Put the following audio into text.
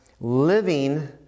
living